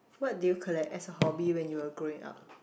what do you collect as a hobby when you were growing up